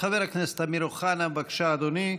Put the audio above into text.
חבר הכנסת אמיר אוחנה, בבקשה, אדוני,